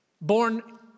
born